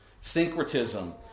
syncretism